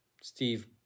Steve